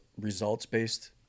results-based